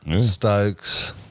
Stokes